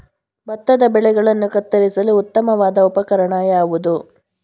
ಭತ್ತದ ಬೆಳೆಗಳನ್ನು ಕತ್ತರಿಸಲು ಉತ್ತಮವಾದ ಉಪಕರಣ ಯಾವುದು?